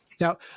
Now